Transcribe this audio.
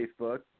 Facebook